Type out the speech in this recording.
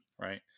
right